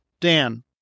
Dan